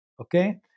Okay